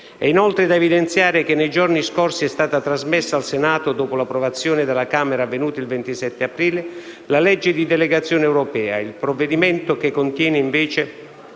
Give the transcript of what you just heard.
È inoltre da evidenziare che nei giorni scorsi è stata trasmessa al Senato, dopo l'approvazione della Camera avvenuta il 27 aprile, la legge di delegazione europea, il provvedimento che contiene invece